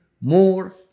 more